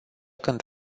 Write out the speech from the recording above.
când